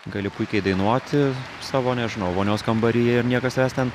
gali puikiai dainuoti savo nežinau vonios kambaryje ir niekas tavęs ten